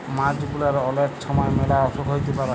মাছ গুলার অলেক ছময় ম্যালা অসুখ হ্যইতে পারে